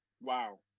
Wow